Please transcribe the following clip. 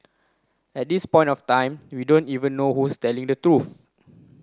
at this point of time we don't even know who's telling the truth